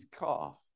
calf